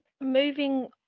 moving